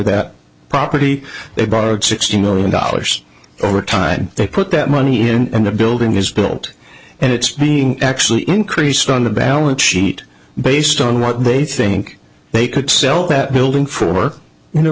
that property they borrowed sixty million dollars over time they put that money and the building is built and it's being actually increased on the balance sheet based on what they think they could sell that building for you know